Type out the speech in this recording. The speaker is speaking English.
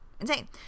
insane